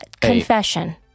Confession